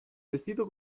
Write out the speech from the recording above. vestito